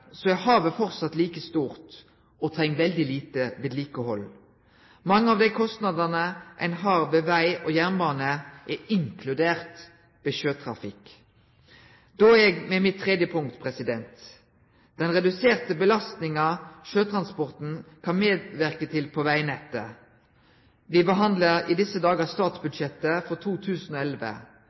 er havet framleis like stort og treng veldig lite vedlikehald. Mange av dei kostnadene ein har når det gjeld veg og jernbane, er «inkludert» ved sjøtrafikk. Då er eg ved mitt tredje punkt: den reduserte belastninga sjøtransporten kan medverke til på vegnettet. Me behandlar i desse dagar statsbudsjettet for 2011,